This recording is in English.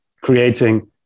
creating